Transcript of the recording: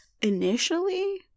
Initially